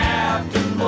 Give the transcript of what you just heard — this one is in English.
Captain